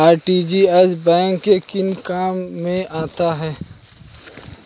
RTGS bank के किस काम में आता है?